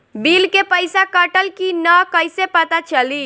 Bill के पइसा कटल कि न कइसे पता चलि?